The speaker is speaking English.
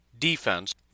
defense